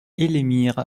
elémir